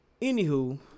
anywho